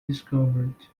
discovered